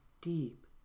deep